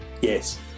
yes